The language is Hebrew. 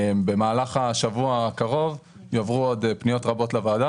במהלך השבוע הקרוב יועברו עוד פניות רבות לוועדה